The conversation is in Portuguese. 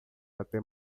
até